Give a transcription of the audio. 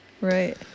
right